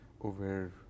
over